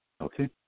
okay